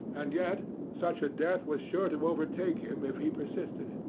and yet such a death was sure to overtake him if he persisted.